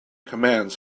commands